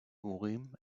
urim